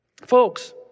folks